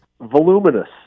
Voluminous